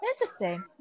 Interesting